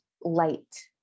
light